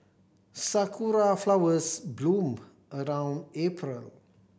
sakura flowers bloom around April